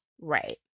Right